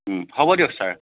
হ'ব দিয়ক ছাৰ